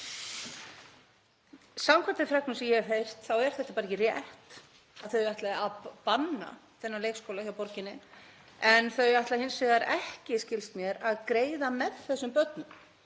samkvæmt þeim fregnum sem ég hef heyrt þá er það bara ekki rétt að þau ætli að banna þennan leikskóla hjá borginni. Þau ætla hins vegar ekki skilst mér að greiða með þessum börnum.